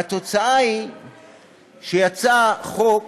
והתוצאה היא שיצא חוק